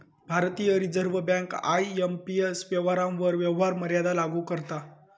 भारतीय reserve bank IMPS व्यवहारांवर व्यवहार मर्यादा लागू करता